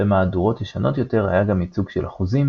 במהדורות ישנות יותר היה גם ייצוג של אחוזים,